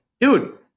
dude